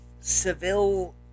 Seville